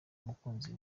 umukunzi